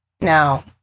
Now